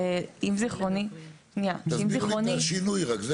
שאם זכרוני --- תסבירי לי את השינוי רק.